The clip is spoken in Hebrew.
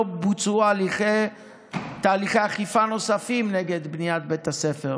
לא בוצעו תהליכי אכיפה נוספים נגד בניית בית הספר.